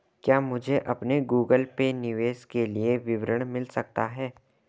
क्या मुझे अपने गूगल पे निवेश के लिए विवरण मिल सकता है?